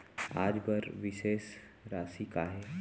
आज बर शेष राशि का हे?